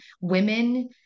women